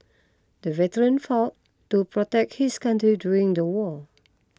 the veteran fought to protect his country during the war